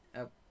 up